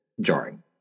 jarring